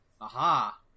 Aha